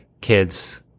kids